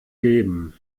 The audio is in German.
geben